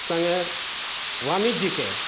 सङ्गे वाणिज्यके